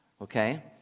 okay